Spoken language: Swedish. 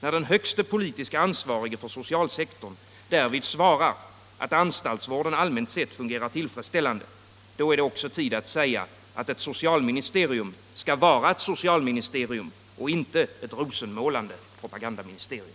När den högste politiskt ansvarige för socialsektorn därvid svarar, att anstaltsvården allmänt sett fungerar tillfredsställande — då är det också tid att säga, att ett socialministerium skall vara ett socialministerium, inte ett rosenmålande propagandaministerium.